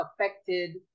affected